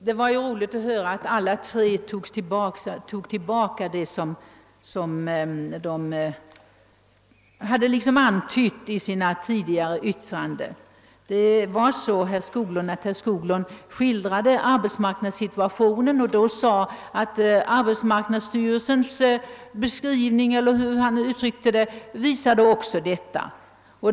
Herr talman! Det var roligt att höra att alla tre tog tillbaka, vad de hade antytt i sina tidigare yttranden. Herr Skoglund skildrade arbetsmarknadssituationen och sade att arbetsmarknadsstyrelsens beskrivning av läget visade samma bild.